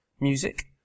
music